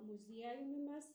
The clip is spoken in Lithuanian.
muziejumi mes